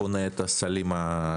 מי בונה את הסלים העתידיים?